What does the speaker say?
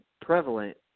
prevalent